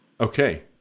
Okay